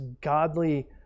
godly